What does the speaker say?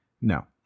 No